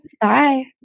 Bye